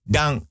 Dan